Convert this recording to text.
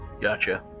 Gotcha